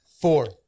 Four